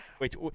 Wait